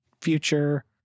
future